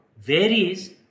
varies